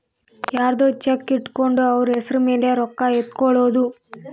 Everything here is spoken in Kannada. ಯರ್ದೊ ಚೆಕ್ ಇಟ್ಕೊಂಡು ಅವ್ರ ಹೆಸ್ರ್ ಮೇಲೆ ರೊಕ್ಕ ಎತ್ಕೊಳೋದು